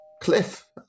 Cliff